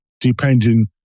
depending